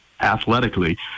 athletically